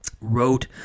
wrote